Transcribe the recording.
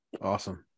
Awesome